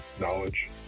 Knowledge